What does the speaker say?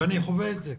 ואני חווה את זה.